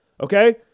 okay